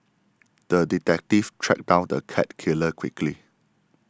the detective tracked down the cat killer quickly